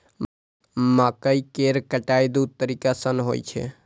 मकइ केर कटाइ दू तरीका सं होइ छै